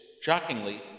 shockingly